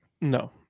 No